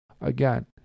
again